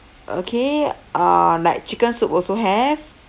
okay uh like chicken soup also have